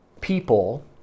people